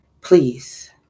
please